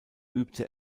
übte